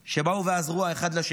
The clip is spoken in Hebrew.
שבאו ועזרו אחד לשני.